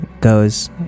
goes